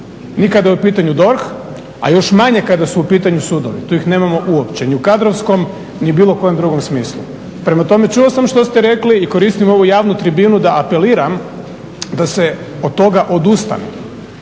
ni kada je u pitanju DORH a još manje kada su u pitanju sudovi, tu ih nemamo uopće ni u kadrovskom ni u bilo kojem drugom smislu. Prema tome, čuo sam što ste rekli i koristim ovu javnu tribinu da apeliram da se od toga odustane,